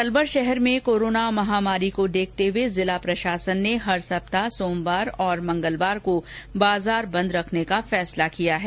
अलवर शहर में कोरोना महामारी को देखते हुए हर सप्ताह सोमवार और मंगलवार को बाजार बंद रखने का फैसला किया गया है